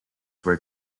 were